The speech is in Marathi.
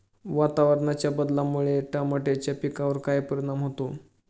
वातावरणाच्या बदलामुळे टमाट्याच्या पिकावर काय परिणाम होतो?